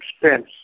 expense